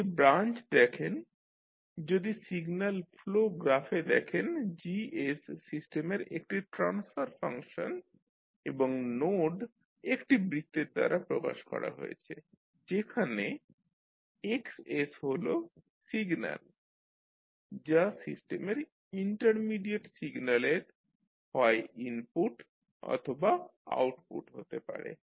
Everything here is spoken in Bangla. যদি ব্রাঞ্চ দেখেন যদি সিগন্যাল ফ্লো গ্রাফে দেখেন G সিস্টেমের একটি ট্রান্সফার ফাংশন এবং নোড একটি বৃত্তের দ্বারা প্রকাশ করা হয়েছে যেখানে X হল সিগন্যাল যা সিস্টেমের ইন্টারমিডিয়েট সিগন্যালের হয় ইনপুট অথবা আউটপুট হতে পারে